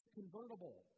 convertible